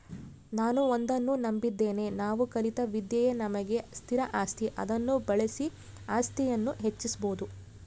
ನಾನು ಒಂದನ್ನು ನಂಬಿದ್ದೇನೆ ನಾವು ಕಲಿತ ವಿದ್ಯೆಯೇ ನಮಗೆ ಸ್ಥಿರ ಆಸ್ತಿ ಅದನ್ನು ಬಳಸಿ ಆಸ್ತಿಯನ್ನು ಹೆಚ್ಚಿಸ್ಬೋದು